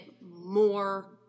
more